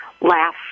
laugh